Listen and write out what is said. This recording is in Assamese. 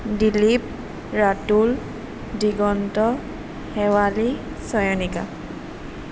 দিলীপ ৰাতুল দীগন্ত শেৱালী ছয়নিকা